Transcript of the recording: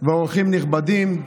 ואורחים נכבדים,